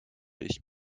ich